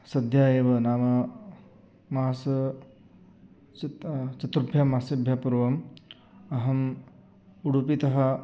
सद्य एव नाम मास सुत् चतुर्भ्यः मासेभ्यः पूर्वम् अहम् उडुपितः